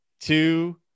two